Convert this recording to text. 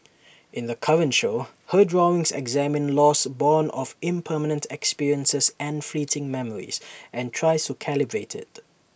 in the current show her drawings examine loss borne of impermanent experiences and fleeting memories and tries to calibrate IT